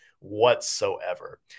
whatsoever